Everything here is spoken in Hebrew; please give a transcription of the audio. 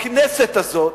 בכנסת הזאת,